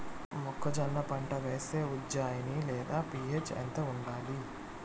మొక్కజొన్న పంట వేస్తే ఉజ్జయని లేదా పి.హెచ్ ఎంత ఉండాలి?